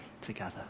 together